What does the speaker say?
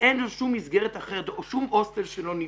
ואין לו שום מסגרת אחרת ושום הוסטל שלא נבנה,